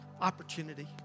opportunity